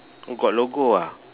oh got logo ah